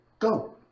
Go